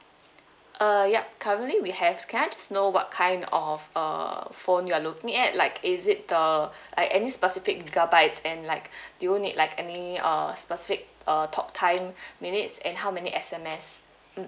uh ya currently we have can I just know what kind of uh phone you're looking at like is it the like any specific gigabytes and like do you need like any uh specific uh talktime minutes and how many S_M_S mm